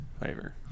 flavor